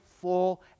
full